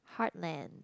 heart man